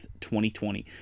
2020